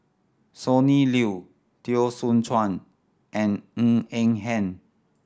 Sonny Liew Teo Soon Chuan and Ng Eng Hen